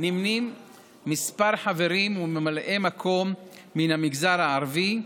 נמנים כמה חברים וממלאי מקום מן המגזר הערבי,